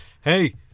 hey